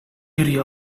area